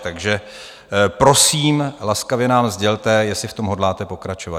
Takže prosím, laskavě nám sdělte, jestli v tom hodláte pokračovat.